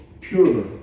pure